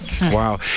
wow